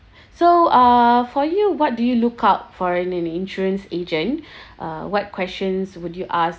so uh for you what do you lookout for an in insurance agent uh what questions would you ask